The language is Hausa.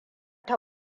ta